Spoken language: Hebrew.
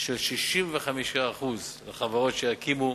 של 65% לחברות שיקימו